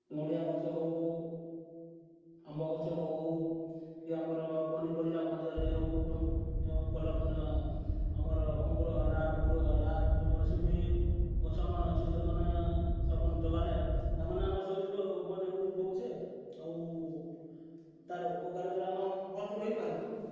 ନଡ଼ିଆ ଗଛ ହେଉ ଆମ୍ବ ଗଛ ହେଉ କି ଆମର ପନିପରିବା ମଧ୍ୟରେ ହେଉ ଯେଉଁ ଫଲ୍ମାନେ ଆମର ଅଙ୍ଗୁର ହେଲା ବୁରୋ ହେଲା ଯେକୌଣସି ବି ଗଛମାନେ ଅଛି ତା'ର୍ମାନେ ଜଗାଲେ ତା'ର୍ମାନେ ଆମ ଶରୀରକୁ ଉପଯୋଗ ଦେଉଛେ ଆଉ ତା'ର୍ ଉପକାରରେ ଆମେ ଭଲ୍ସେ ରହିପାରୁଛୁ